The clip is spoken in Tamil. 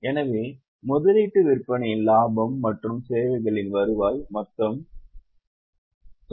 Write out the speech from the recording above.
எனவே முதலீட்டு விற்பனையின் லாபம் மற்றும் சேவைகளின் வருவாய் மொத்தம் 98000 ஆகும்